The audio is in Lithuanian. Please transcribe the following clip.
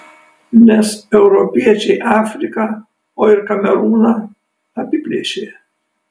nes europiečiai afriką o ir kamerūną apiplėšė